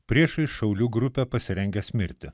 priešais šaulių grupę pasirengęs mirti